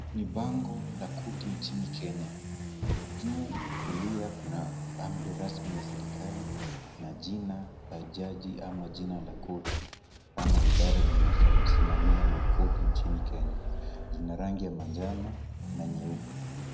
Ni bango la korti nchini Kenya. Juu kulia kuna umbrela ya serikali na jina ya jaji ama jina la korti ama idara linasimamia makorti nchini Kenya zina rangi ya manjano na nyeupe.